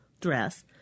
dress